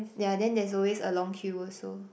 yeah then there's always a long queue also